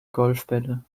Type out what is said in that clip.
golfbälle